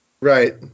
Right